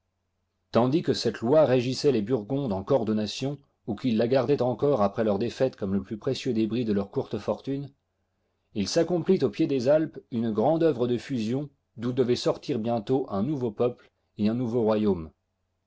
tandis que cette loi régissait les burgondes en corps de nation ou qu'ils la gardaient encore après digitized by google leur défaite comme le plus précieux débris de leur courte fortune il s'accomplit aux pied des alpes une grande œuvre de fusion d'où devaient sortir bientôt un nouveau peuple et un nouveau royaume